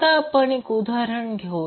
आता आपण एक उदाहरण घेऊया